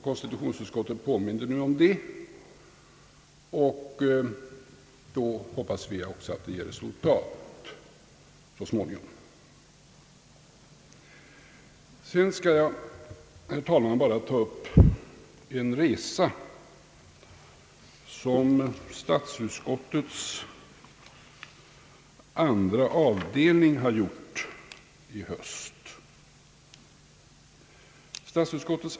Konstitutionsutskot tet påminde nu om detta, och då hoppas vi ju att det ger resultat så småningom. Jag vill, herr talman, sedan endast ta upp en resa som statsutskottets andra avdelning har gjort i höst.